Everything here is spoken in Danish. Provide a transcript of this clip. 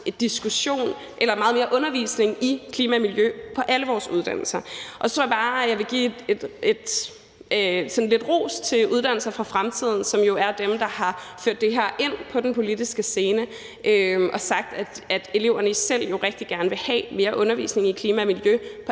at der bliver meget mere undervisning i klima og miljø på alle vores uddannelser. Jeg tror bare, jeg vil give lidt ros til Uddannelser For Fremtiden, som jo er dem, der har ført det her ind på den politiske scene og sagt, at eleverne selv rigtig gerne vil have mere undervisning i klima og miljø på